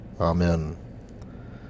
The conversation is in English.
Amen